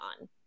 on